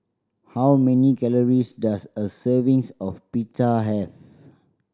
how many calories does a servings of Pita have